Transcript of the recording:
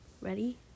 Ready